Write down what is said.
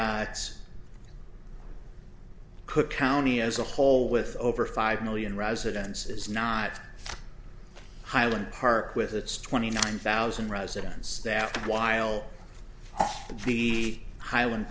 outs cook county as a whole with over five million residences not highland park with its twenty nine thousand residents that while the key highland